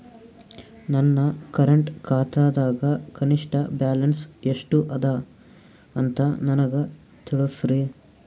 ನನ್ನ ಕರೆಂಟ್ ಖಾತಾದಾಗ ಕನಿಷ್ಠ ಬ್ಯಾಲೆನ್ಸ್ ಎಷ್ಟು ಅದ ಅಂತ ನನಗ ತಿಳಸ್ರಿ